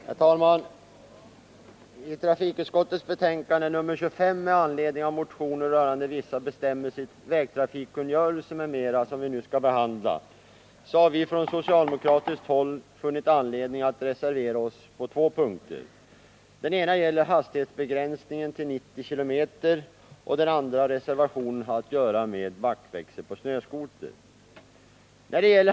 Herr talman! I trafikutskottets betänkande nr 25 med anledning av motioner rörande vissa bestämmelser i vägtrafikkungörelsen m.m., som kammaren nu skall behandla, har vi från socialdemokratiskt håll funnit anledning att reservera oss på två punkter. Den ena reservationen gäller hastighetsbegränsning till 90 km/tim, och den andra har att göra med backväxel på snöskoter.